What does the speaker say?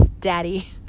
Daddy